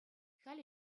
халӗ